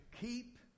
keep